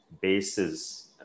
bases